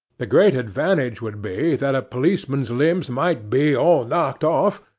the great advantage would be, that a policeman's limbs might be all knocked off,